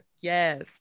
yes